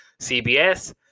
CBS